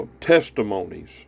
testimonies